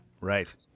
Right